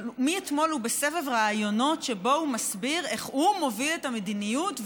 אבל מאתמול הוא בסבב ראיונות שבו הוא מסביר איך הוא מוביל את המדיניות,